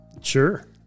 Sure